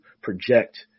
project